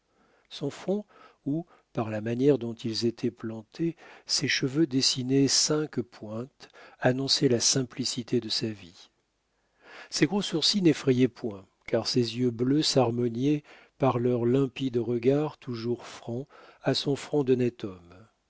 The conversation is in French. son front où par la manière dont ils étaient plantés ses cheveux dessinaient cinq pointes annonçait la simplicité de sa vie ses gros sourcils n'effrayaient point car ses yeux bleus s'harmoniaient par leur limpide regard toujours franc à son front d'honnête homme